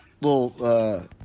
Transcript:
little